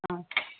ஆ